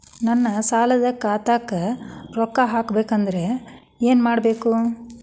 ನನ್ನ ಸಾಲದ ಖಾತಾಕ್ ರೊಕ್ಕ ಹಾಕ್ಬೇಕಂದ್ರೆ ಏನ್ ಮಾಡಬೇಕು?